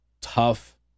tough